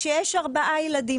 כשיש ארבעה ילדים